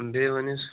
بیٚیہِ ؤنِو وُس